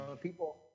people